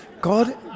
God